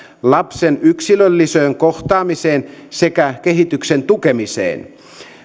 lapsen yksilölliseen kohtaamiseen sekä kehityksen tukemiseen